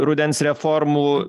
rudens reformų